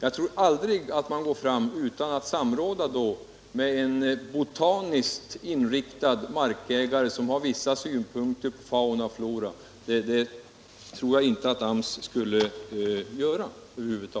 AMS skulle förmodligen aldrig gå fram utan att samråda med en botaniskt inriktad markägare, som har vissa synpunkter på fauna och flora.